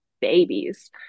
babies